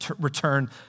return